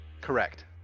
Correct